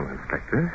Inspector